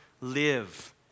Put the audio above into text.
live